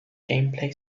gameplay